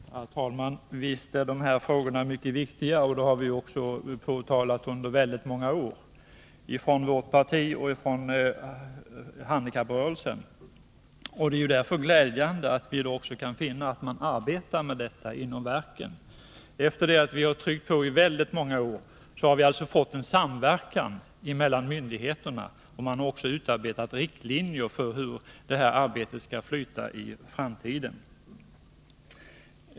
Herr talman! Visst är de här frågorna mycket viktiga — det har vi också under många år framhållit ifrån vårt parti och ifrån handikapprörelsen. Därför är det glädjande att vi i dag också kan finna att man arbetar med detta inom verken. Efter det att vi har tryckt på i väldigt många år har man alltså fått en samverkan mellan myndigheter, och man har också utarbetat riktlinjer för hur detta arbete skall flyta i framtiden.